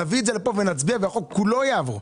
נביא את זה לכאן ונצביע והחוק כולו יעבור.